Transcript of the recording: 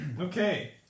Okay